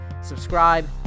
subscribe